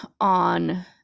on